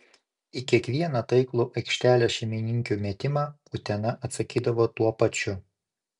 į kiekvieną taiklų aikštelės šeimininkių metimą utena atsakydavo tuo pačiu